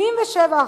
77%,